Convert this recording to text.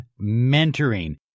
mentoring